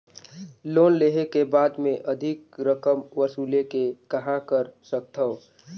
Loan लेहे के बाद मे अधिक रकम वसूले के कहां कर सकथव?